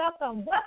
Welcome